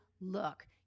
look